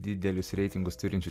didelius reitingus turinčių